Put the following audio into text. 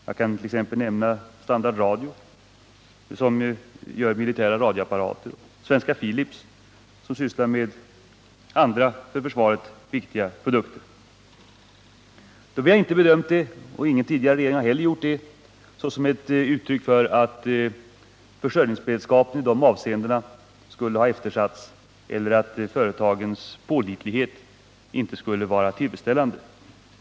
Jag kan nämna Standard Radio, som gör militära radioapparater, och Svenska Philips, som sysslar med andra för försvaret viktiga produkter. Vi har inte bedömt det så — och det har inte heller någon tidigare regering gjort — att försörjningsberedskapen i de avseendena skulle ha eftersatts eller att dessa företag inte skulle vara pålitliga.